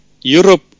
Europe